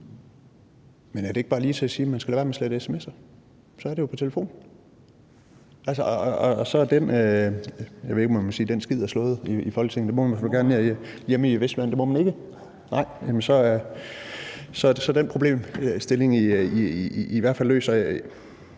er det ikke bare lige til at sige, at man skal lade være med at slette sms'er? Så er det jo på telefonen, og så er – jeg ved ikke, om man må sige det i Folketinget – den skid slået. Det må man gerne sige hjemme i Vestjylland, men det må man ikke her? Nej, men så er den problemstilling i hvert fald løst,